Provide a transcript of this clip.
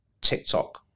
TikTok